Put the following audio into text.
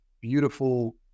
beautiful